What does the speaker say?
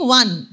one